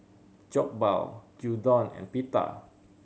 Jokbal Gyudon and Pita